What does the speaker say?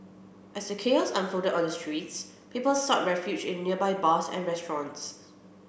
as the chaos unfolded on the streets people sought refuge in nearby bars and restaurants